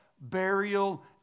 burial